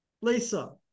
Lisa